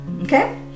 Okay